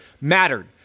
mattered